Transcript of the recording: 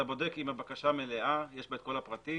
אתה בודק אם הבקשה מלאה, יש בה את כל הפרטים